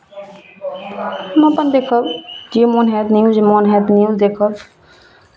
हम अपन देखब जे मोन हएत न्यूज मोन हएत न्यूज देखब